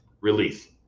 Release